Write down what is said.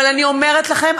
אבל אני אומרת לכם,